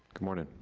good morning.